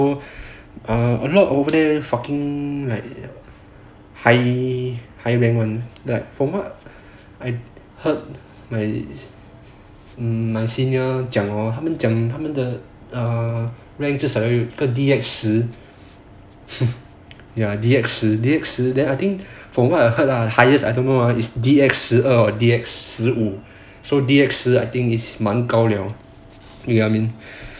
so a lot over there fucking like what high rank [one] like from what I heard my senior 讲 hor 他们讲他们的 err rank 至少要 D_X 十 ya D_X 十 then I think from what I heard lah highest I don't know ah is D_X D_X 十二 or D_X 十五 so I think D_X 十 is 蛮高了